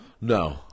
No